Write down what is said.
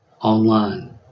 online